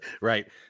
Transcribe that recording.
Right